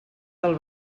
del